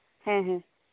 ᱦᱮᱸ ᱦᱮᱸ